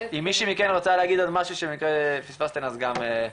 אם מישהי מכן רוצה להגיד עוד משהו שפספסתן אז גם.